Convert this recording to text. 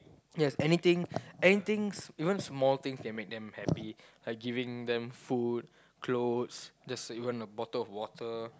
yes anything anythings even small things can make them happy like giving them food clothes just even a bottle of water